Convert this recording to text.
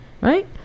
right